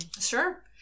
Sure